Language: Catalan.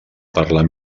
parlar